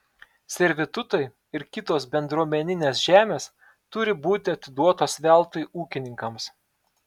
servitutai ir kitos bendruomeninės žemės turi būti atiduotos veltui ūkininkams